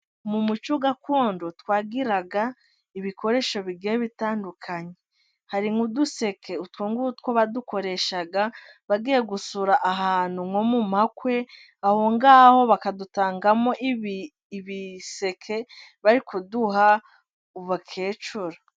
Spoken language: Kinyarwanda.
Mu muco gakondo, twagiraga ibikoresho bigiye bitandukanye hari nk'uduseke, utwo ngutwo badukoreshaga bagiye gusura ahantu nko mu makwe, aho ngaho bakadutangamo ibiseke bari kuduha abakecuru.